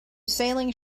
sailing